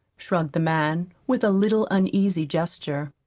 shrugged the man, with a little uneasy gesture.